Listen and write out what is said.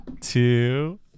two